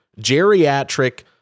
geriatric